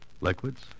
Liquids